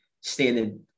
standing